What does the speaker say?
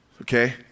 okay